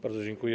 Bardzo dziękuję.